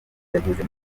yageze